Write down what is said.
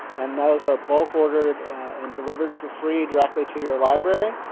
and those are bulk ordered and delivered for free directly to your library.